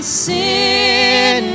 sin